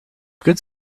good